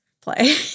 play